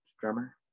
drummer